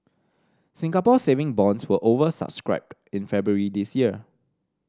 Singapore Saving Bonds were over subscribed in February this year